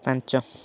ପାଞ୍ଚ